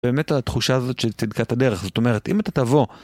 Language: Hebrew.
באמת על התחושה הזאת של צדקת הדרך, זאת אומרת, אם אתה תבוא...